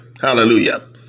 hallelujah